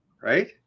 right